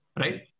right